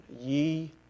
Ye